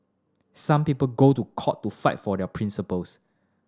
some people go to court to fight for their principles